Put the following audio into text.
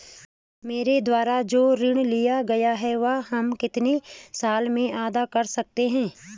मेरे द्वारा जो ऋण लिया गया है वह हम कितने साल में अदा कर सकते हैं?